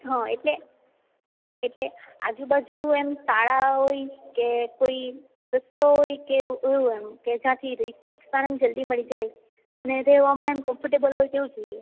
હા એટલે એટલે આજુબાજુ એમ શાળાઓ હોય એવું કે કોઈ રસ્તો હોય એવું એમ કે જ્યાંથી રિક્ષાને એમ જલ્દી મળી જાય ને રહેવામાં આમ કમ્ફર્ટેબલ હોય તેવું જોઈએ